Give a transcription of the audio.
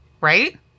Right